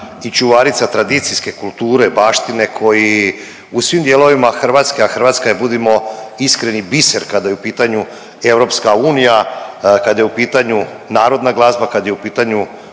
i čuvarica tradicijske kulture, baštine koji u svim dijelovima Hrvatske, a Hrvatska je budimo iskreni biser kada je u pitanju EU, kada je u pitanju narodna glazba, kada je u pitanju